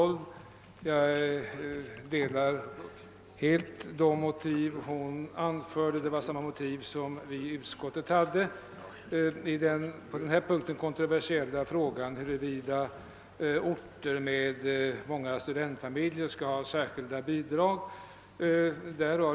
Jag ansluter mig till de motiv som statsrådet redovisade; det är samma motiv som vi haft i utskottet när det gäller den kontroversiella frågan, huruvida orter med många studentfamiljer bör ha särskilda bidrag.